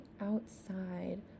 outside